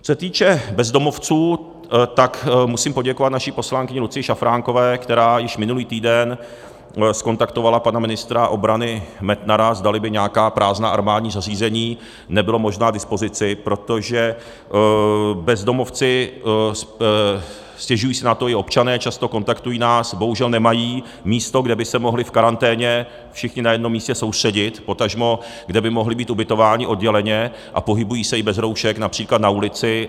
Co se týče bezdomovců, tak musím poděkovat naší poslankyni Lucii Šafránkové, která již minulý týden zkontaktovala pana ministra obrany Metnara, zdali by nějaká prázdná armádní zařízení nebyla možná k dispozici, protože bezdomovci stěžují si na to i občané, často nás kontaktují bohužel nemají místo, kde by se mohli v karanténě všichni na jednom místě soustředit, potažmo kde by mohli být ubytováni odděleně, a pohybují se i bez roušek například na ulici.